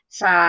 sa